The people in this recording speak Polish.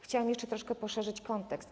Chciałam jeszcze trochę poszerzyć kontekst.